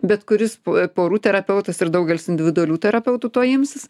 bet kuris porų terapeutas ir daugelis individualių terapeutų to imsis